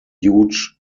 huge